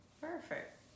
Perfect